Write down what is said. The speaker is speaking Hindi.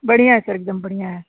बढ़िया है सर एक दम बढ़िया है